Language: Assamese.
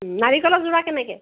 নাৰিকলৰ যোৰা কেনেকৈ